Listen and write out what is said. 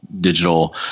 digital